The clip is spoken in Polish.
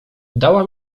dała